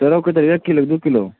तऽ रहु कत्ते एक किलो दू किलो